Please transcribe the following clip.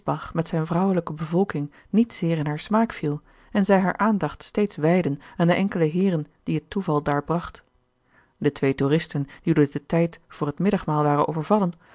met zijne vrouwelijke bevolking niet zeer in haar smaak viel en zij hare aandacht steeds wijdden aan de enkele heeren die het toeval daar bracht de twee toeristen die door den tijd voor t middagmaal waren overvallen